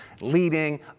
leading